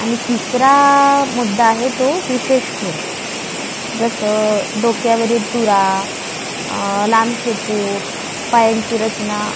आणि तिसरा मुद्दा आहे तो विशेष खूण जसं डोक्यावरील तुरा लांब शेपूट पायांची रचना